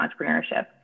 entrepreneurship